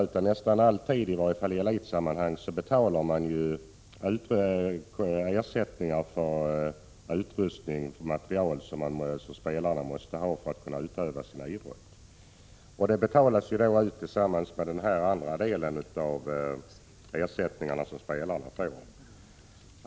Nästan alltid i elitsammanhang betalar föreningarna ersättning för utrustning som spelarna måste ha för att utöva sin idrott. De pengarna betalas ut tillsammans med den andra delen av den ersättning som spelarna får.